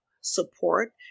support